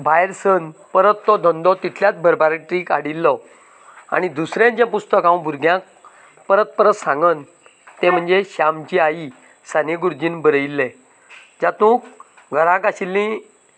भायर सरन परत तो धंदो तितल्याच भरभाटीक हाडिल्लो आनी दुसरें जे पुस्तक हांव भुरग्यांक परत परत सांगन तें म्हणजे श्यामची आई साने गुरुजीन बरयल्लें जातूंत घरांत आशिल्लीं